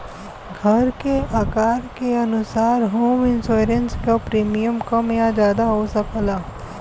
घर के आकार के अनुसार होम इंश्योरेंस क प्रीमियम कम या जादा हो सकला